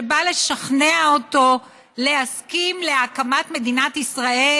שבא לשכנע אותו להסכים לקמת מדינת ישראל,